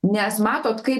nes matot kai